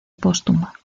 póstuma